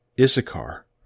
Issachar